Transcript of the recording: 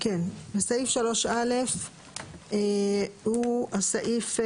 כן, סעיף 3א הוא הסעיף,